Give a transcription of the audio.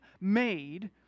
made